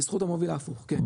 בזכות המוביל להפוך כן.